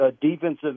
defensive